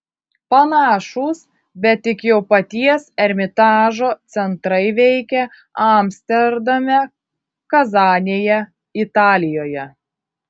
panašūs bet tik jau paties ermitažo centrai veikia amsterdame kazanėje italijoje